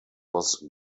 was